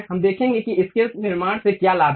हम देखेंगे कि इसके निर्माण से क्या लाभ है